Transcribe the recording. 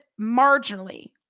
marginally